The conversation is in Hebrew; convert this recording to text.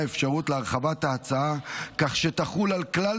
האפשרות להרחבת ההצעה כך שתחול על כלל